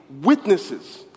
witnesses